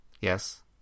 Yes